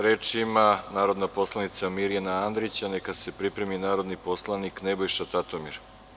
Reč ima narodna poslanica Mirjana Andrić, a neka se pripremi narodni poslanik Nebojša Tatomir.